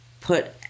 put